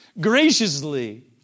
Graciously